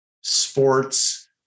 sports